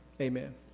Amen